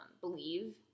believe